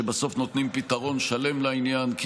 שבסוף נותנים פתרון שלם לעניין.